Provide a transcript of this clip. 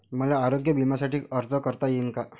मले आरोग्य बिम्यासाठी अर्ज करता येईन का?